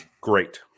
great